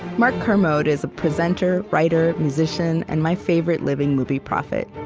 mark kermode is a presenter, writer, musician, and my favorite living movie prophet.